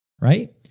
Right